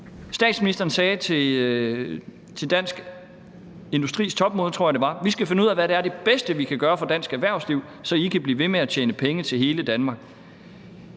Statsministeren sagde til Dansk Industris topmøde, tror jeg det var, at vi skal finde ud af, hvad det bedste, vi kan gøre for dansk erhvervsliv, er, så I kan blive ved med at tjene penge til hele Danmark.